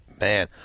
Man